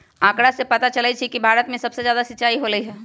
आंकड़ा से पता चलई छई कि भारत में सबसे जादा सिंचाई होलई ह